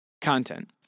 Content